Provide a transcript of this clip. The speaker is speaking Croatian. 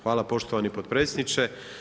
Hvala poštovani potpredsjedniče.